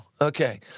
Okay